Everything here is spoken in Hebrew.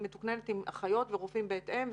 היא מתוקננת עם אחיות ורופאים בהתאם,